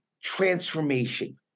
transformation